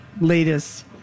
latest